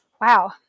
wow